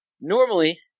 Normally